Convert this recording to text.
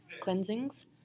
cleansings